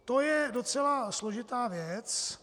To je docela složitá věc.